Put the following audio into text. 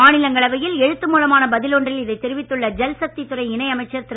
மாநிலங்களவையில் எழுத்து மூலமான பதில் ஒன்றில் இதை தெரிவித்துள்ள ஜல்சக்தி துறை இணை அமைச்சர் திரு